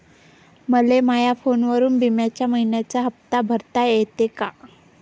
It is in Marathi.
मले माया फोनवरून बिम्याचा मइन्याचा हप्ता भरता येते का?